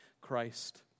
Christ